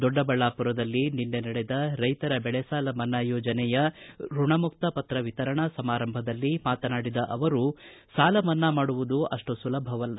ದೊಡ್ಡಬಳ್ಳಾಪುರದಲ್ಲಿ ನಿನ್ನೆ ನಡೆದ ರೈತರ ಬೆಳೆ ಸಾಲ ಮನ್ನಾ ಯೋಜನೆಯ ಋಣಮುಕ್ತ ಪತ್ರ ವಿತರಣಾ ಸಮಾರಂಭದಲ್ಲಿ ಮಾತನಾಡಿದ ಅವರು ಸಾಲಮನ್ನಾ ಮಾಡುವುದು ಅಪ್ಪು ಸುಲಭವಲ್ಲ